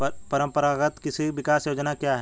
परंपरागत कृषि विकास योजना क्या है?